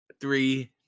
Three